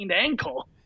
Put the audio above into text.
ankle